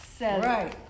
Right